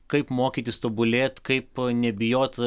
kaip mokytis tobulėt kaip nebijot